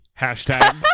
hashtag